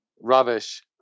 rubbish